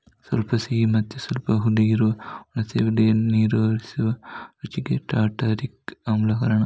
ಸ್ವಲ್ಪ ಸಿಹಿ ಮತ್ತೆ ಸ್ವಲ್ಪ ಹುಳಿ ಇರುವ ಹುಣಸೆ ಹುಳಿಯ ನೀರೂರಿಸುವ ರುಚಿಗೆ ಟಾರ್ಟಾರಿಕ್ ಆಮ್ಲ ಕಾರಣ